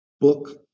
book